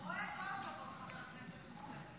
רואה, כל הכבוד, חבר הכנסת שוסטר.